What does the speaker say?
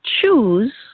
choose